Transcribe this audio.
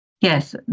Yes